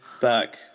back